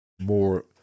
more